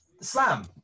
slam